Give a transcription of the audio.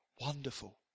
wonderful